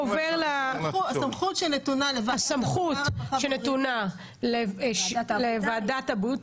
לוועדה הסמכות שנתונה לוועדת הבריאות,